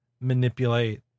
manipulate